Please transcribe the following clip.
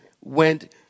went